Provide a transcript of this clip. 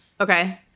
Okay